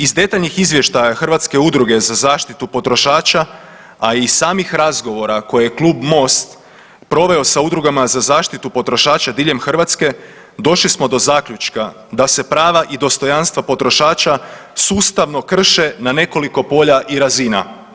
Iz detaljnih izvještaja Hrvatske udruge za zaštitu potrošača, a i samih razgovora koje je klub MOST proveo sa Udrugama za zaštitu potrošača diljem Hrvatske došli smo do zaključka da se prava i dostojanstva potrošača sustavno krše na nekoliko polja i razina.